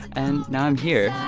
and now i'm here